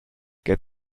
get